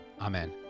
Amen